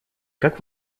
как